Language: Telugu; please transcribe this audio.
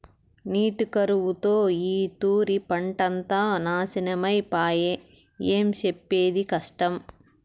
నీటి కరువుతో ఈ తూరి పంటంతా నాశనమై పాయె, ఏం సెప్పేది కష్టం